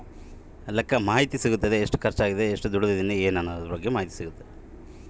Bank ಖಾತೆಯಿಂದ ನನಗೆ ಏನು ಉಪಯೋಗ?